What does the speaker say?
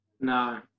No